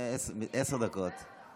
זה עשר דקות.